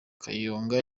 kayonga